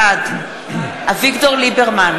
בעד אביגדור ליברמן,